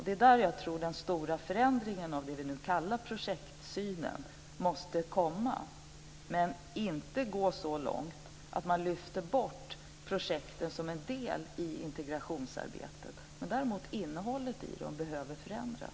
Det är där jag tror att den stora förändringen av det vi kallar projektsynen måste komma, men inte gå så långt att man lyfter bort projekten som en del i integrationsarbetet. Däremot behöver innehållet i dem förändras.